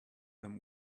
them